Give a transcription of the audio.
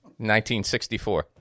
1964